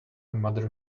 mother